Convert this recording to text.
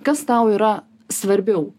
kas tau yra svarbiau